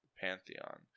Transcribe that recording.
Pantheon